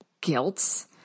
guilt